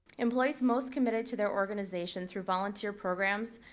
employees most committed to their organization through volunteer programs,